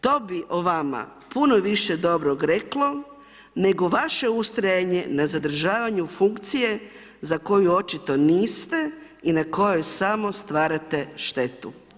To bi o vama puno više dobrog reklo, nego vaše ustrajanje na zadržavanju funkcije za koju očito niste i na kojoj samo stvarate štetu.